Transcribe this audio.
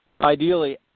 ideally